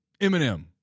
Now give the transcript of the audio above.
Eminem